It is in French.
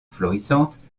florissantes